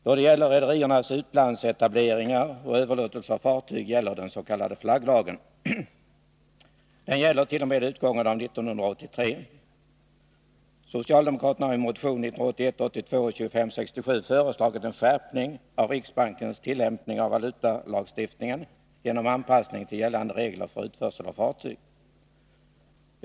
Då det gäller rederiernas utlandsetableringar och överlåtelse av fartyg gäller den s.k. flagglagen. Den gäller t.o.m. utgången av 1983. Socialdemokraterna har i motion 1981/82:2567 föreslagit en skärpning av riksbankens tillämpning av valutalagstiftningen genom anpassning till gällande regler för utförsel av fartyg.